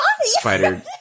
spider